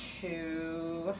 two